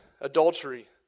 adultery